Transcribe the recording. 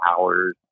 hours